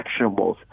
actionables